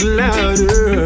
louder